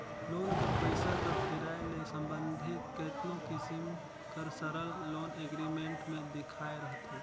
loan कर पइसा कर फिराए ले संबंधित केतनो किसिम कर सरल लोन एग्रीमेंट में लिखाए रहथे